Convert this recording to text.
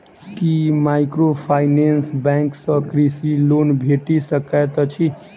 की microfinance bank सँ कृषि loan भेटि सकैत अछि?